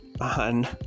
on